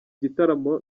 gitaramo